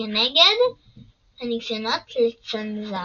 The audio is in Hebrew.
וכנגד הניסיונות לצנזרם.